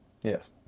Yes